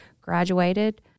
graduated